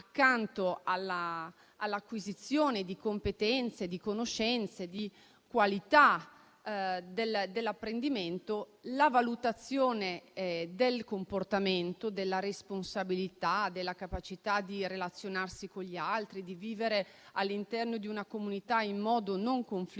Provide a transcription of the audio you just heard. accanto all'acquisizione di competenze e conoscenze, di qualità dell'apprendimento, la valutazione del comportamento, della responsabilità, della capacità di relazionarsi con gli altri, di vivere all'interno di una comunità in modo non conflittuale